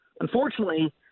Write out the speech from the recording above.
Unfortunately